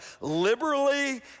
liberally